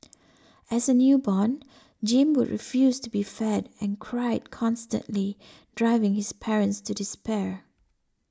as a newborn Jim would refuse to be fed and cried constantly driving his parents to despair